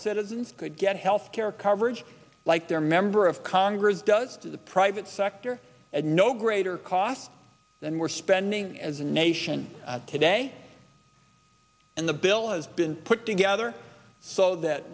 citizens could get health care coverage like their member of congress does the private sector at no greater cost than we're spending as a nation today and the bill has been put together so that